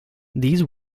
these